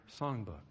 songbook